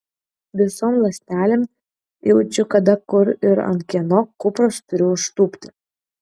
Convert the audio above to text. visom ląstelėm jaučiu kada kur ir ant kieno kupros turiu užtūpti